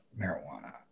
marijuana